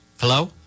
Hello